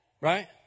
Right